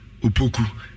upoku